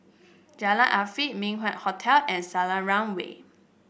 Jalan Afifi Min Wah Hotel and Selarang Way